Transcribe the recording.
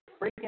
freaking